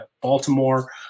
Baltimore